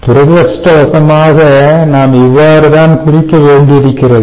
துரதிர்ஷ்டவசமாக நாம் இவ்வாறு தான் குறிக்க வேண்டியிருக்கிறது